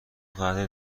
قدر